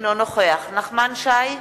אינו נוכח נחמן שי,